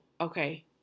okay